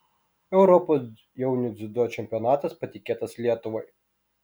europos jaunių dziudo čempionatas patikėtas lietuvai